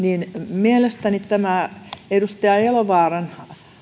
mielestäni tämä edustaja elovaaran